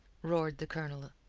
roared the colonel,